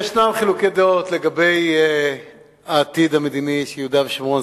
יש חילוקי דעות לגבי העתיד המדיני של יהודה ושומרון,